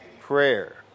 prayer